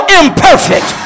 imperfect